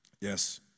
Yes